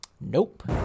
Nope